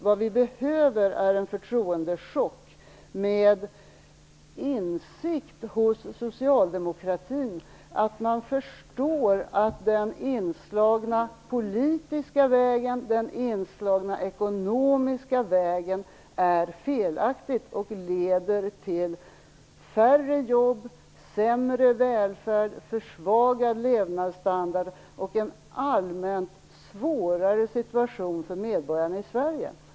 Vad vi behöver är en förtroendechock med insikt hos socialdemokratin om att både den politiska och den ekonomiska väg som man har slagit in på är felaktig och leder till färre jobb, sämre välfärd, försvagad levnadsstandard och en allmänt svårare situation för medborgarna i Sverige.